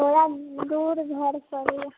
थोड़ा दूर घर परैया